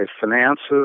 finances